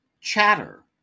Chatter